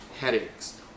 headaches